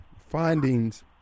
findings